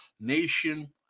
nation